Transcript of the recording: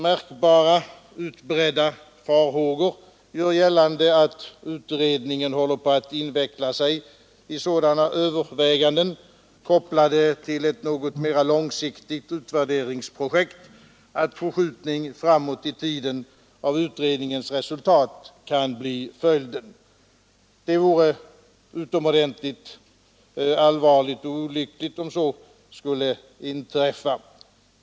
Märkbara och utbredda farhågor gör gällande att utredningen håller på att inveckla sig i sådana överväganden, kopplade till ett något mera långsiktigt utvärderingsprojekt, att förskjutning framåt i tiden av utredningens resultat kan bli följden. Det vore utomordentligt allvarligt och olyckligt om så skulle inträffa.